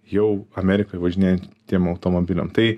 jau amerikoj važinėjantiem automobiliam tai